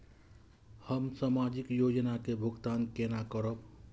हम सामाजिक योजना के भुगतान केना करब?